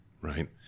right